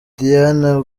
diana